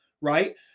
right